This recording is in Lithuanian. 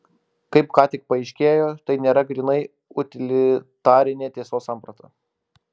kaip ką tik paaiškėjo tai nėra grynai utilitarinė tiesos samprata